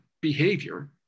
behavior